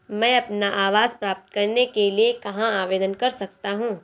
मैं अपना आवास प्राप्त करने के लिए कहाँ आवेदन कर सकता हूँ?